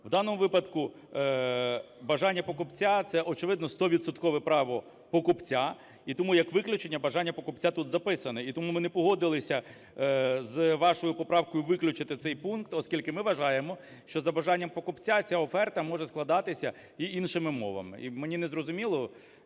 В даному випадку бажання покупця – це, очевидно, стовідсоткове право покупця. І тому як виключення, бажання покупця тут записано. І тому ми не погодилися з вашою поправкою виключити цей пункт, оскільки ми вважаємо, що за бажанням покупця ця оферта може складатися й іншими мовами.